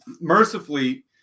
mercifully –